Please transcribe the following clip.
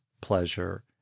pleasure